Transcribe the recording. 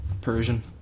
Persian